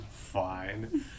Fine